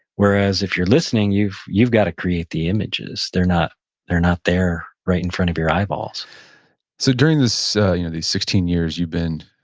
whereas, if you're listening, you've you've got to create the images. they're not they're not there right in front of your eyeballs so during you know these sixteen years you've been